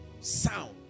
Sound